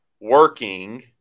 working